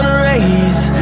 raise